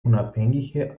unabhängige